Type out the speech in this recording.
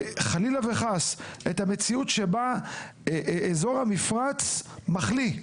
חלילה וחס את המציאות שבה אזור המפרץ מחליא,